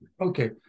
Okay